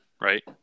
right